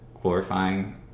glorifying